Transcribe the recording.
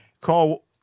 call